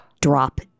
drop